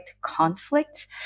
conflict